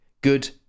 good